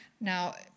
Now